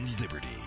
liberty